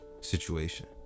situation